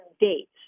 dates